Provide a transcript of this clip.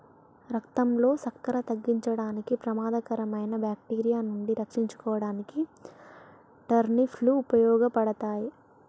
రక్తంలో సక్కెర తగ్గించడానికి, ప్రమాదకరమైన బాక్టీరియా నుండి రక్షించుకోడానికి టర్నిప్ లు ఉపయోగపడతాయి